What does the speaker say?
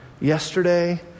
yesterday